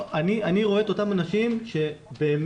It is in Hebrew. אני רואה את אותם אנשים שבאמת